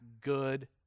good